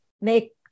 make